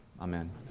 Amen